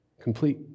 complete